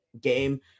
game